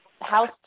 house